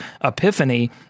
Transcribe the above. epiphany